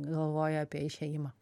galvoja apie išėjimą